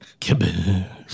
Kaboom